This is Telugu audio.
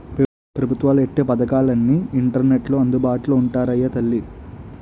పెబుత్వాలు ఎట్టే పదకాలన్నీ ఇంటర్నెట్లో అందుబాటులో ఉంటాయిరా తల్లీ